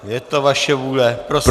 Je to vaše vůle, prosím.